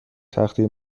تخته